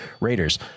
Raiders